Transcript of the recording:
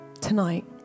tonight